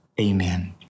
amen